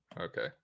okay